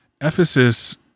Ephesus